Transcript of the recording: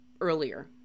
earlier